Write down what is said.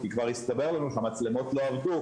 כבר הסתבר לנו שהמצלמות לא עבדו,